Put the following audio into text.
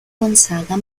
gonzaga